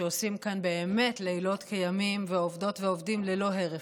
שעושים כאן באמת לילות כימים ועובדות ועובדים ללא הרף.